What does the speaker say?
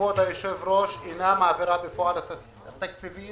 כבוד היושב-ראש, אינה מעבירה בפועל את התקציבים